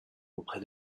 auprès